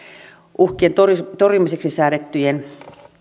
uhkien torjumiseksi torjumiseksi säädettyjen